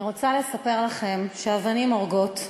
אני רוצה לספר לכם שאבנים הורגות.